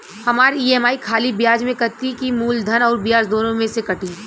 हमार ई.एम.आई खाली ब्याज में कती की मूलधन अउर ब्याज दोनों में से कटी?